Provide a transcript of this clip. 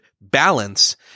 balance